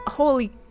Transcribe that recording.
Holy